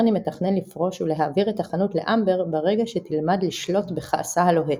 ברני מתכנן לפרוש ולהעביר את החנות לאמבר ברגע שתלמד לשלוט בכעסה הלוהט.